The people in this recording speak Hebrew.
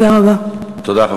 תודה רבה.